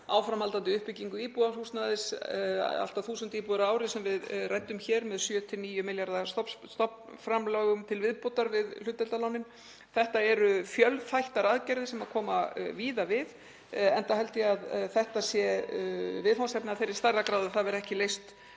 áframhaldandi uppbyggingu íbúðarhúsnæðis, allt að 1.000 íbúðir á ári sem við ræddum hér með 7–9 milljarða stofnframlögum til viðbótar við hlutdeildarlánin. Þetta eru fjölþættar aðgerðir sem koma víða við enda held ég að þetta sé viðfangsefni af þeirri stærðargráðu að það verði ekki leyst